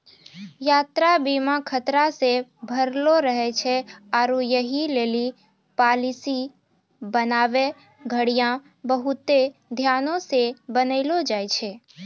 यात्रा बीमा खतरा से भरलो रहै छै आरु यहि लेली पालिसी बनाबै घड़ियां बहुते ध्यानो से बनैलो जाय छै